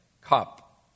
cup